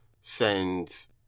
sends